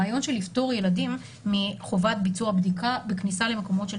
הרעיון של לפטור ילדים מחובת ביצוע בדיקה וכניסה למקומות של